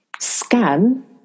Scan